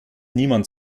niemand